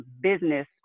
business